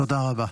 תודה רבה.